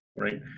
right